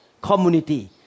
community